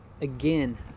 Again